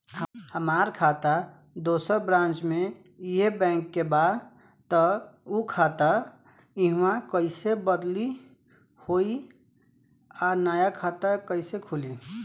हमार खाता दोसर ब्रांच में इहे बैंक के बा त उ खाता इहवा कइसे बदली होई आ नया खाता कइसे खुली?